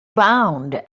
bound